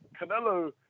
Canelo